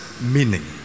meaning